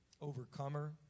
overcomer